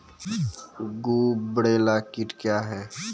गुबरैला कीट क्या हैं?